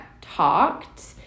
talked